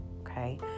okay